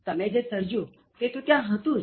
તમે જે સર્જ્યું તે તો ત્યાં હતું જ